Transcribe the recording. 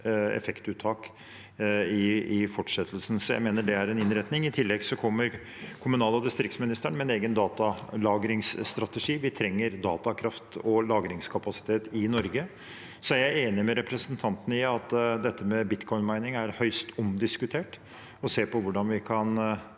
effektuttak i fortsettelsen, så jeg mener det er en innretning. I tillegg kommer kommunal- og distriktsministeren med en egen datalagringsstrategi. Vi trenger datakraft og lagringskapasitet i Norge. Jeg er enig med representanten i at dette med «bitcoin mining» er høyst omdiskutert.